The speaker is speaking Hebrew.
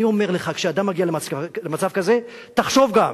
אני אומר לך, כשאדם מגיע למצב כזה, תחשוב גם,